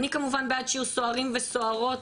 אני כמובן בעד שיהיו סוהרים וסוהרות